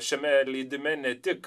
šiame leidime ne tik